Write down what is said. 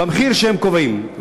במחיר שהם קובעים,